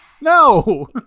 no